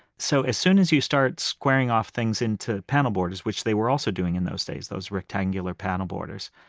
so, as soon as you start squaring off things into panel borders, which they were also doing in those days, those rectangular panel borders,